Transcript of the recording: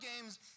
games